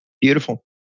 beautiful